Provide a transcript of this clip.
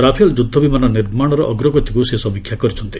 Rafale ଯୁଦ୍ଧ ବିମାନ ନିର୍ମାଣର ଅଗ୍ରଗତିକୁ ସେ ସମୀକ୍ଷା କରିଛନ୍ତି